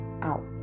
out